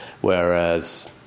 Whereas